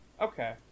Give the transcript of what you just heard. Okay